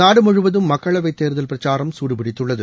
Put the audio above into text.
நாடு முழுவதும் மக்களவைத் தேர்தல் பிரச்சாரம் சூடுபிடித்துள்ளது